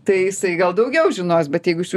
tai jisai gal daugiau žinos bet jeigu iš jų